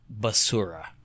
basura